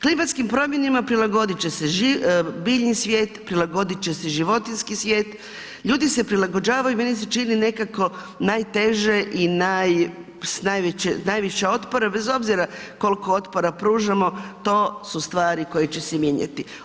Klimatskim promjenama prilagodit će se biljni svijet, prilagodit će se životinjski svijet, ljudi se prilagođavaju, meni se čini nekako najteže i naj, s najviše otpora, bez obzira kolko otpora pružamo to su stvari koje će se mijenjati.